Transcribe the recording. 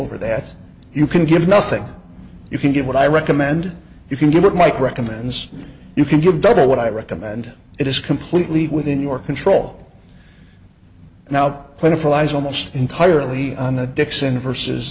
over that you can give nothing you can get what i recommend you can get mike recommends you can give double what i recommend it is completely within your control now plentiful eyes almost entirely on the dixon versus